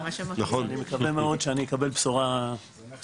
אני מקווה מאוד שאני אקבל בשורה טובה,